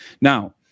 Now